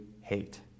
hate